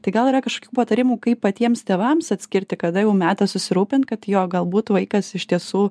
tai gal yra kažkokių patarimų kaip patiems tėvams atskirti kada jau metas susirūpint kad jo galbūt vaikas iš tiesų